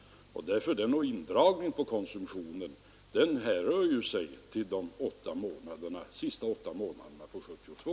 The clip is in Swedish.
Därför härrör sig indragningen i konsumtionen till de sista åtta månaderna av 1972.